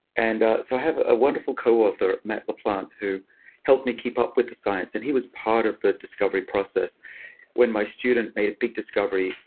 and so have a wonderful co-author, matt laplante who helped me keep up with the science. and he was part of the discovery process when my student made a big discovery.